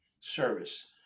service